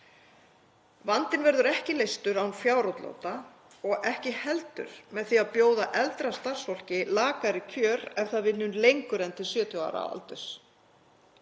Vandinn verður ekki leystur án fjárútláta og ekki heldur með því að bjóða eldra starfsfólki lakari kjör ef það vinnur lengur en til 70 ára aldurs.